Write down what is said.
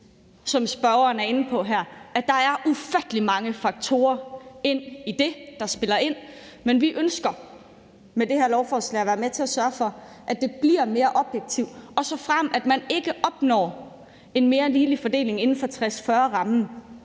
som spørgeren er inde på her, at der er ufattelig mange faktorer, der spiller ind i det, men vi ønsker med det her lovforslag at være med til at sørge for, at det bliver mere objektivt, og at man, såfremt man ikke opnår en mere ligelig fordeling inden for 60-40-rammen,